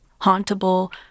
hauntable